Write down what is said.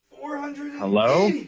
Hello